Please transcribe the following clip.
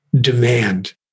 demand